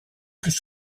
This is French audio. plus